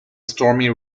stormy